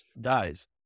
dies